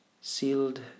sealed